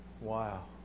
Wow